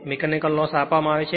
mechanical loss આપવામાં આવે છે